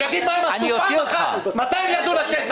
שיגיד מה הם עשו, פעם אחת, מתי הם ירדו לשטח.